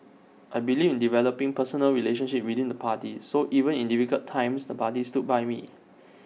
I believe in developing personal relationships within the party so even in difficult times the party stood by me